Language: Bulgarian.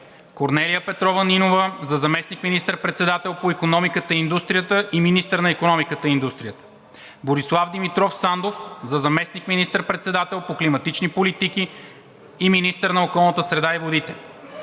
Корнелия Петрова Нинова – за заместник министър-председател по икономиката и индустрията и министър на икономиката и индустрията; Борислав Димитров Сандов – за заместник министър-председател по климатични политики и министър на околната среда и водите;